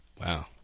Wow